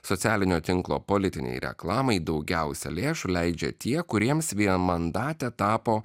socialinio tinklo politinei reklamai daugiausia lėšų leidžia tie kuriems vienmandate tapo